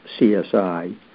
CSI